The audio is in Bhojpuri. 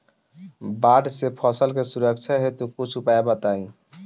बाढ़ से फसल के सुरक्षा हेतु कुछ उपाय बताई?